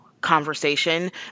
conversation